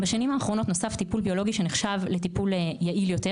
בשנים האחרונות נוסף טיפול ביולוגי שנחשב לטיפולי יעיל יותר